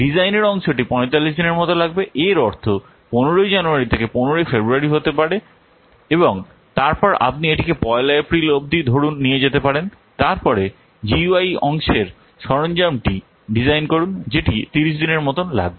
ডিজাইনের অংশটি 45 দিনের মতো লাগবে এর অর্থ 15 ই জানুয়ারী থেকে 15 ই ফেব্রুয়ারি হতে পারে এবং তারপরে আপনি এটিকে 1 লা এপ্রিল অব্দি ধরুন নিয়ে যেতে পারেন তারপরে GUI অংশের সরঞ্জামটি ডিজাইন করুন যেটি 30 দিনের মতন লাগবে